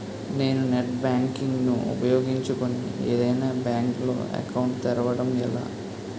నేను net banking ను ఉపయోగించుకుని ఏదైనా బ్యాంక్ లో అకౌంట్ తెరవడం ఎలా?